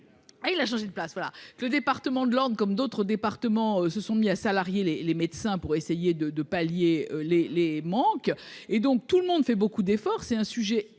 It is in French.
ah il a changé de place, voilà que le département de l'Orne, comme d'autres départements se sont mis à salarier les les médecins pour essayer de, de pallier les les manques et donc tout le monde fait beaucoup d'efforts, c'est un sujet